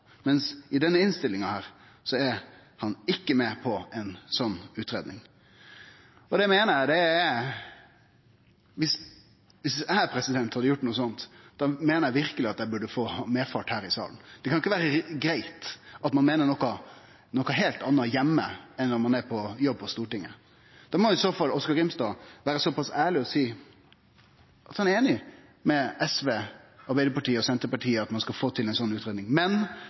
i denne innstillinga er han ikkje med på ei sånn utgreiing. Viss eg hadde gjort noko sånt, meiner eg verkeleg at eg burde få medfart her i salen. Det kan ikkje vere greitt at ein meiner noko heilt anna heime enn når ein er på jobb på Stortinget. Da må i så fall Oskar Grimstad vere såpass ærleg å seie at han er einig med SV, Arbeidarpartiet og Senterpartiet i at ein skal få til ei sånn utgreiing, men